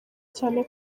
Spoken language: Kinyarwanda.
cyane